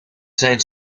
zijn